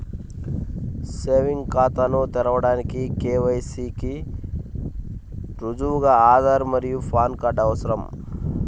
savings ఖాతాను తెరవడానికి KYC కి రుజువుగా ఆధార్ మరియు పాన్ కార్డ్ అవసరం